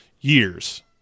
years